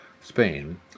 Spain